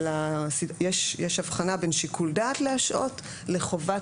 יש הבחנה בין שיקול דעת להשעות לבין חובת